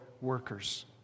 workers